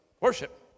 worship